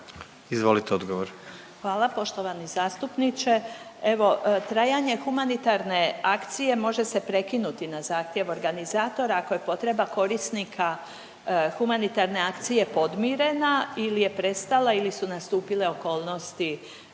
Marija** Hvala. Poštovani zastupniče, evo trajanje humanitarne akcije može se prekinuti na zahtjev organizatora ako je potreba korisnika humanitarne akcije podmirena ili je prestala ili su nastupile okolnosti